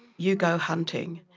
you go hunting.